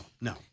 no